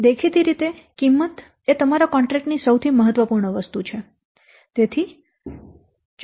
દેખીતી રીતે કિંમત એ તમારા કોન્ટ્રેક્ટ ની સૌથી મહત્વપૂર્ણ વસ્તુ છે